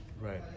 Right